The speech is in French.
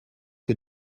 que